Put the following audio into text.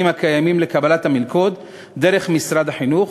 הקיימים לקבלת המלגות דרך משרד החינוך,